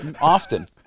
Often